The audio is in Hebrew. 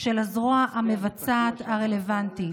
של הזרוע המבצעת הרלוונטית.